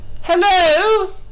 Hello